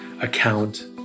account